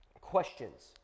questions